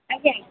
ଆଜ୍ଞା